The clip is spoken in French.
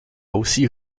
aussi